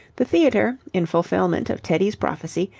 the theatre, in fulfilment of teddy's prophecy,